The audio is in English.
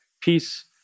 Peace